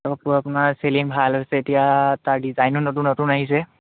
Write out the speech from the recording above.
আপোনাৰ ছেলিং ভাল হৈছে এতিয়া তাৰ ডিজাইনো নতুন নতুন আহিছে